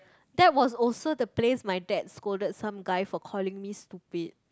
that was also the place my dad scolded some guy for calling me stupid